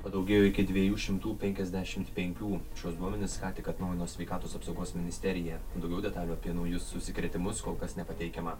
padaugėjo iki dviejų šimtų penkiasdešimt penkių šiuos duomenis ką tik atnaujino sveikatos apsaugos ministerija daugiau detalių apie naujus užsikrėtimus kol kas nepateikiama